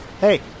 Hey